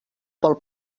pel